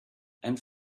and